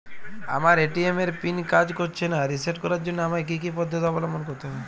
আমার এ.টি.এম এর পিন কাজ করছে না রিসেট করার জন্য আমায় কী কী পদ্ধতি অবলম্বন করতে হবে?